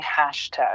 hashtag